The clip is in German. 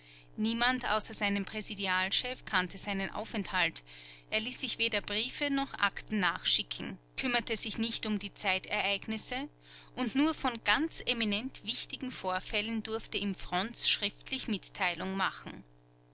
niemand außer seinem präsidialchef kannte seinen aufenthalt er ließ sich weder briefe noch akten nachschicken kümmerte sich nicht um die zeitereignisse und nur von ganz eminent wichtigen vorfällen durfte ihm fronz schriftlich mitteilung machen